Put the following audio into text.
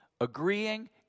agreeing